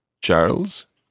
Charles